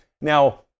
now